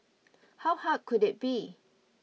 how hard could it be